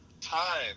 time